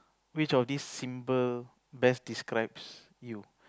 which of these symbol best describes you